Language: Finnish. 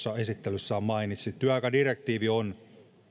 esittelyssään mainitsi työaikadirektiivi on